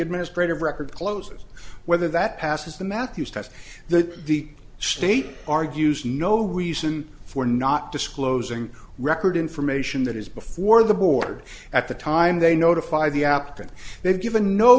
administrative record closes whether that passes the matthews test that the state argues no reason for not disclosing record information that is before the board at the time they notify the app that they've given no